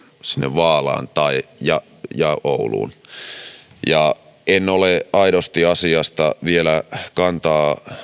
vaalaan ja ja ouluun en ole aidosti asiasta vielä kantaa